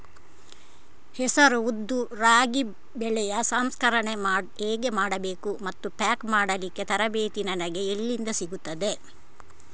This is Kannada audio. ಹೆಸರು, ಉದ್ದು, ರಾಗಿ ಬೆಳೆಯ ಸಂಸ್ಕರಣೆ ಹೇಗೆ ಮಾಡಬೇಕು ಮತ್ತು ಪ್ಯಾಕ್ ಮಾಡಲಿಕ್ಕೆ ತರಬೇತಿ ನನಗೆ ಎಲ್ಲಿಂದ ಸಿಗುತ್ತದೆ?